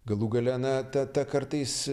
galų gale na ta ta kartais